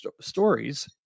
stories